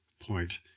point